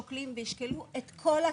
שוקלים וישקלו את כל הצעדים,